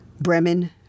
Bremen